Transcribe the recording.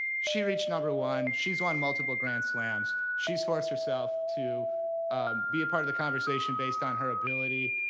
she reached number one. she's won multiple grand slams. she's forced herself to be a part of the conversation based on her ability,